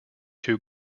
two